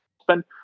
spend